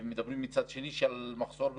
ומדברים מצד שני על מחסור ברופאים,